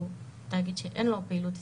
תאגיד שאין לו פעילות עסקית,